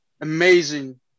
Amazing